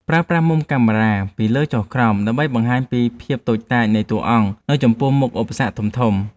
ប្រើប្រាស់មុំកាមេរ៉ាពីលើចុះក្រោមដើម្បីបង្ហាញពីភាពតូចតាចនៃតួអង្គនៅចំពោះមុខឧបសគ្គធំៗ។